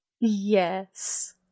yes